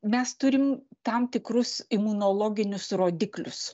mes turim tam tikrus imunologinius rodiklius